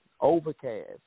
overcast